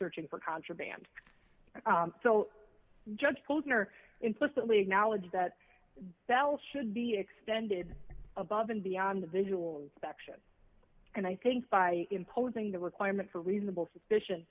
searching for contraband so judge posner implicitly acknowledged that bell should be extended above and beyond the visual inspection and i think by imposing the requirement for reasonable suspicion